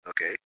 Okay